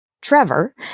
Trevor